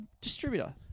distributor